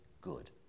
good